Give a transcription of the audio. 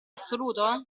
assoluto